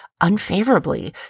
unfavorably